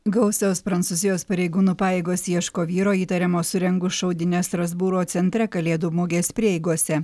gausios prancūzijos pareigūnų pajėgos ieško vyro įtariamo surengus šaudynes strasbūro centre kalėdų mugės prieigose